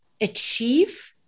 achieve